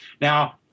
Now